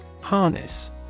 Harness